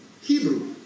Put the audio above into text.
Hebrew